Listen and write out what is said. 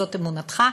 זאת אמונתך,